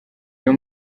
iyo